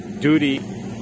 duty